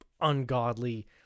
ungodly